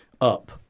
up